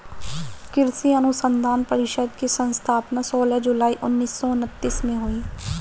कृषि अनुसंधान परिषद की स्थापना सोलह जुलाई उन्नीस सौ उनत्तीस में हुई